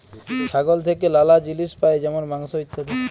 ছাগল থেক্যে লালা জিলিস পাই যেমল মাংস, ইত্যাদি